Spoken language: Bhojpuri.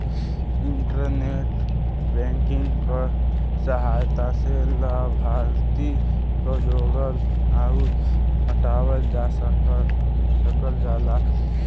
इंटरनेट बैंकिंग क सहायता से लाभार्थी क जोड़ल आउर हटावल जा सकल जाला